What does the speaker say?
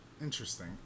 Interesting